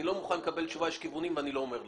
אני לא מוכן לקבל תשובה: "יש כיוונים ואני לא אומר לך".